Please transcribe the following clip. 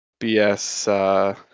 BS